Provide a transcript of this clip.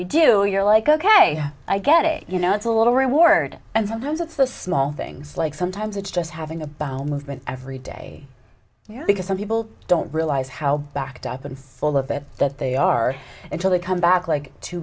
you do you're like ok i get it you know it's a little reward and sometimes it's the small things like sometimes it's just having a bowel movement every day because some people don't realize how backed up and full of it that they are until they come back like two